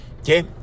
okay